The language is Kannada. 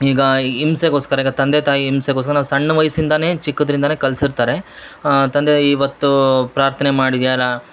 ಈಗ ಹಿಂಸೆಗೋಸ್ಕರ ಈಗ ತಂದೆ ತಾಯಿ ಹಿಂಸೆಗೋಸ್ಕರ ನಾವು ಸಣ್ಣ ವಯಸ್ಸಿಂದಾನೇ ಚಿಕ್ಕದರಿಂದಾನೇ ಕಲ್ಸಿರ್ತಾರೆ ತಂದೆ ಇವತ್ತೂ ಪ್ರಾರ್ಥನೆ ಮಾಡಿದ್ಯಾಲ